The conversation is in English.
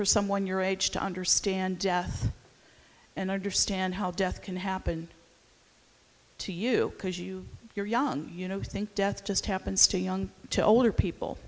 for someone your age to understand death and understand how death can happen to you because you you're young you know think death just happens to young to older people